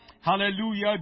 Hallelujah